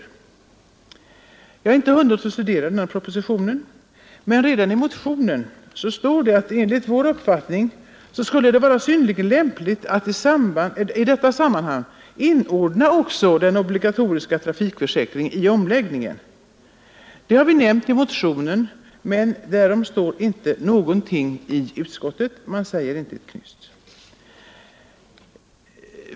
Jag har inte hunnit studera den propositionen ännu, men vi har i vår motion sagt att enligt vår uppfattning skulle det vara synnerligen lämpligt att i det sammanhanget inordna också den obligatoriska trafikförsäkringen i omläggningen. Det har vi nämnt i motionen men därom står inte någonting i utskottsbetänkandet. Man säger inte ett knyst om den saken.